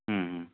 ಹ್ಞೂ ಹ್ಞೂ